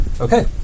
Okay